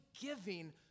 giving